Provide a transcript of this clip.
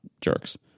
jerks